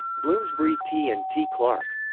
bloomsbury t and t clark.